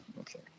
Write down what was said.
Okay